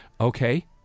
Okay